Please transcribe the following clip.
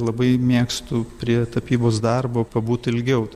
labai mėgstu prie tapybos darbo pabūt ilgiau